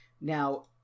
Now